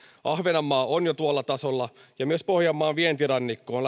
ahvenanmaa on jo tuolla tasolla ja myös pohjanmaan vientirannikko on